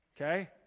okay